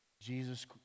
Jesus